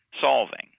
solving